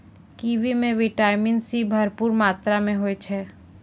kiwi म vitamin C भरपूर मात्रा में होय छै